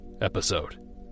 episode